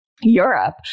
Europe